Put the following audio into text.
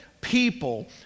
people